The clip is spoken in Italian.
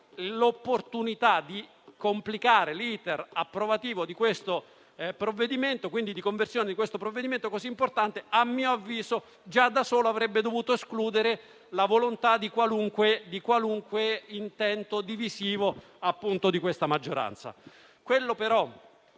l'opportunità di accelerare l'*iter* approvativo di conversione di un provvedimento così importante, a mio avviso, già da solo avrebbe dovuto escludere la volontà di qualunque intento divisivo di questa maggioranza.